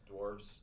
dwarves